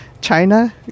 China